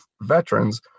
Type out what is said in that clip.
veterans